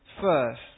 first